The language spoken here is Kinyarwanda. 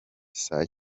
saa